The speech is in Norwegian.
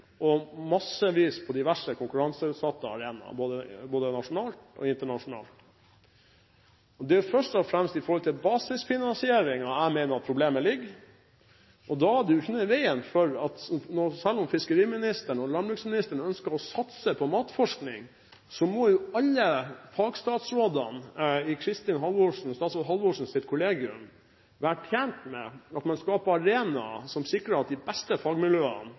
og massevis på diverse konkurranseutsatte arenaer, både nasjonalt og internasjonalt. Jeg mener problemet først og fremst ligger i forhold til basisfinansiering. Selv om fiskeriministeren og landbruksministeren ønsker å satse på matforskning, må jo alle fagstatsrådene i statsråd Halvorsens kollegium være tjent med at man skaper arenaer som sikrer at de beste fagmiljøene